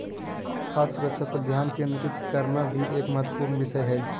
खाद्य सुरक्षा पर ध्यान केंद्रित करना भी एक महत्वपूर्ण विषय हय